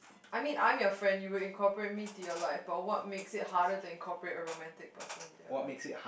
I mean I'm your friend you would incorporate me to your life but what makes it harder to incorporate a romantic person to your life